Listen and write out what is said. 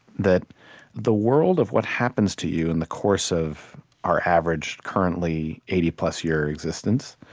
that the world of what happens to you in the course of our average, currently, eighty plus year existence,